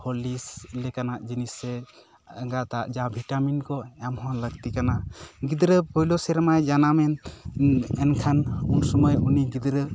Horlicks ᱞᱮᱠᱟᱱᱟᱜ ᱡᱤᱱᱤᱥ ᱥᱮ ᱮᱸᱜᱟᱛᱟᱜ ᱡᱟ ᱵᱷᱤᱴᱟᱢᱤᱱ ᱠᱚ ᱮᱢ ᱦᱚᱸ ᱞᱟᱹᱠᱛᱤ ᱠᱟᱱᱟ ᱜᱤᱫᱽᱨᱟᱹ ᱯᱳᱭᱞᱳ ᱥᱮᱨᱢᱟᱭ ᱡᱟᱱᱟᱢᱮᱱ ᱮᱱᱠᱷᱟᱱ ᱩᱱᱥᱳᱢᱚᱭ ᱩᱱᱤ ᱜᱤᱫᱽᱨᱟᱹ